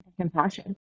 compassion